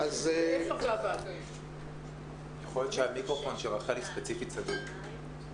נבקש ממך עכשיו כמנהלת האגף לחינוך מיוחד במשרד החינוך לתת סקירה באמת